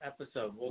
episode